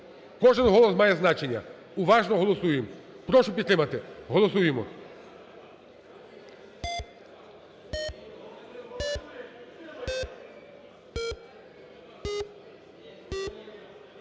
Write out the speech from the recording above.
кожен голос має значення. Уважно голосуємо. Прошу підтримати. Голосуємо.